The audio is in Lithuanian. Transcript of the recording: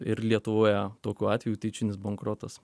ir lietuvoje tokių atvejų tyčinis bankrotas